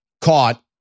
caught